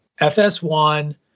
fs1